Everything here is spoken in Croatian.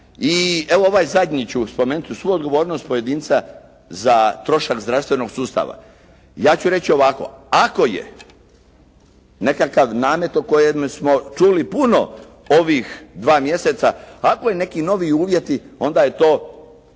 i evo ovaj zadnji ću spomenuti. Uz svu odgovornost pojedinca za trošak zdravstvenog sustava. Ja ću reći ovako. Ako je nekakav namet o kojem smo čuli puno ovih 2 mjeseca, ako je neki novi uvjeti onda je to